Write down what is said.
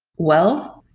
well,